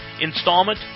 installment